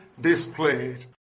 displayed